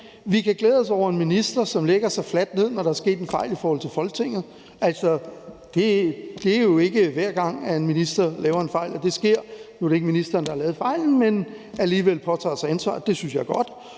Vi kan glæde os over en minister, som lægger sig fladt ned, når der er sket en fejl i forhold til Folketinget. Altså, det er jo ikke hver gang, en minister laver en fejl, at det sker. Nu er det ikke ministeren, der har lavet fejlen, men han påtager sig alligevel ansvaret; det synes jeg er godt.